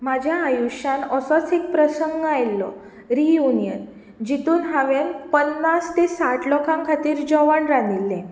म्हज्या आयुश्यांत असोच एक प्रसंग आयिल्लो रियुनियन जितूंत हांवें पन्नास ते साठ लोकांक खातीर जेवण रांदिल्लें